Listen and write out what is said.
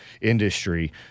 industry